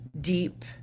deep